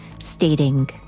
stating